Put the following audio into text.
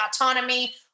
autonomy